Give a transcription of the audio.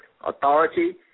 authority